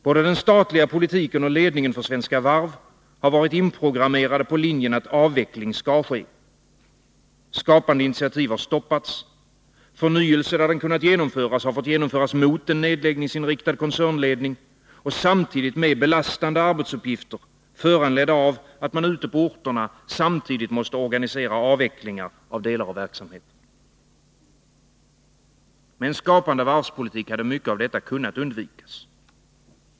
Både den statliga politiken och ledningen för Svenska Varv har varit inprogrammerade på linjen att avveckling skall ske. Skapande initiativ har stoppats, förnyelse har, där den kunnat genomföras, fått genomföras mot en nedläggningsinriktad koncernledning och samtidigt med belastande arbetsuppgifter, föranledda av att man ute på orterna samtidigt måste organisera avvecklingar av delar av verksamheten. Med en skapande varvspolitik hade mycket av detta kunnat undvikas.